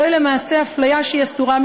זוהי למעשה אפליה שהיא אסורה,